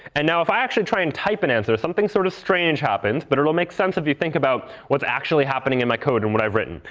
and now, if i actually try and type an answer, something sort of strange happens. but it will make sense if you think about what's actually happening in my code and what i've written.